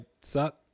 suck